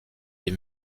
des